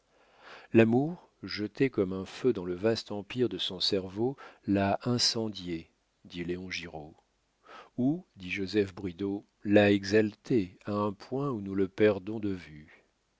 l'amour jeté comme un feu dans le vaste empire de son cerveau l'a incendié dit léon giraud oui dit joseph bridau l'a exalté à un point où nous le perdons de vue